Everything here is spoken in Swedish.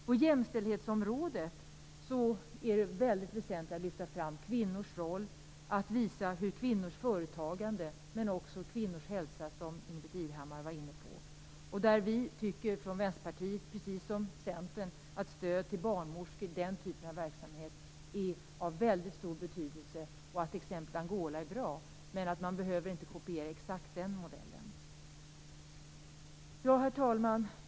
På jämställdhetsområdet är det väsentligt att lyfta fram kvinnors roll och att peka på kvinnors företagande men också på kvinnors hälsa, som Ingbritt Irhammar var inne på. Vi från Vänsterpartiet tycker precis som Centern att stöd till barnmorskor och den typen av verksamhet är av stor betydelse. Exemplet i Angola är bra, men man behöver inte exakt kopiera den modellen. Herr talman!